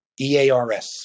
E-A-R-S